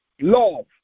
love